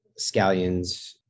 scallions